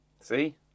See